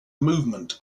movement